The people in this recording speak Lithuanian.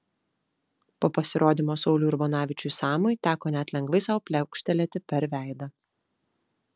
po pasirodymo sauliui urbonavičiui samui teko net lengvai sau pliaukštelėti per veidą